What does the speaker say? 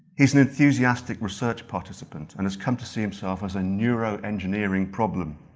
he's an enthusiastic research participant and has come to see himself as a neuro engineering problem.